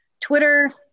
Twitter